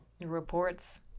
Reports